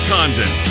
Condon